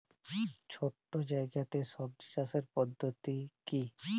ছোট্ট জায়গাতে সবজি চাষের পদ্ধতিটি কী?